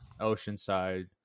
Oceanside